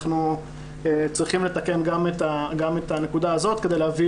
אנחנו צריכים לתקן גם את הנקודה הזאת כדי להביא